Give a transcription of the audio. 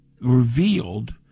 revealed